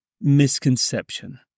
misconception